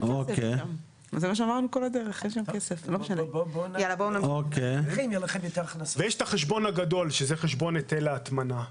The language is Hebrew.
יש את החשבון הגדול, שזה חשבון היטל ההטמנה.